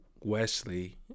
Wesley